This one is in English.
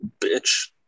Bitch